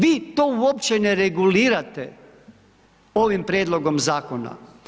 Vi to uopće ne regulirate ovim prijedlogom zakona.